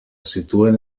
situen